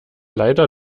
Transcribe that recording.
leider